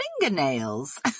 Fingernails